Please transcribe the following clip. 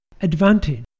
advantage